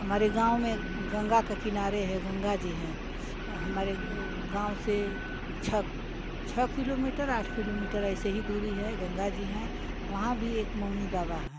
हमारे गो में गंगा के किनारे है गंगा जी हैं हमारे गाँव से छः छः किलोमीटर आठ किलोमीटर ऐसे ही दूरी है गंगा जी हैं वहाँ भी एक मौनीबाबा हैं